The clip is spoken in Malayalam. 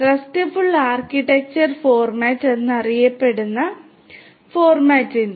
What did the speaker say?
RESTful ആർക്കിടെക്ചർ ഫോർമാറ്റ് എന്നറിയപ്പെടുന്ന ഒരു ഫോർമാറ്റിന്റെ